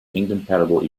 incompatible